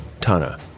Tana